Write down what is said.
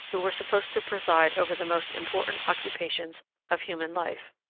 who were supposed to preside over the most important occupations of human life.